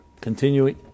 continuing